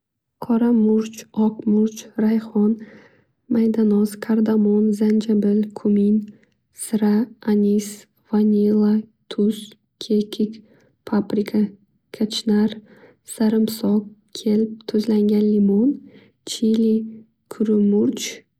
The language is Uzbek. Qora much, oq murch, rayxon, maydanoz, kardamon, zanjabiil, kumin, zira, anes, vanilla, tuz, kekki, paprika, kachnar, sarimsoq, kelp, tuzlangan limon, chili, kuru murch.